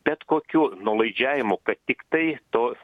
bet kokių nuolaidžiavimų kad tiktai to